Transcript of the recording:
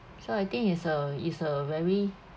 so I think is a is a very